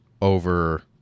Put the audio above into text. over